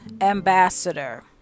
ambassador